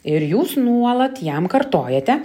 ir jūs nuolat jam kartojate